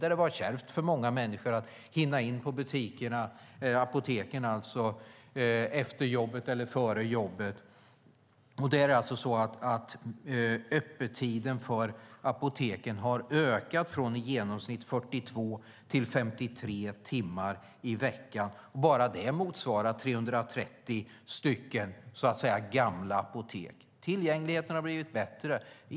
Det var kärvt för många att hinna till apoteket före eller efter jobbet. Öppettiderna för apoteken har ökat från i genomsnitt 42 till 53 timmar i veckan. Bara det motsvarar 330 "gamla" apotek. Tillgängligheten har alltså blivit bättre.